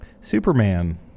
Superman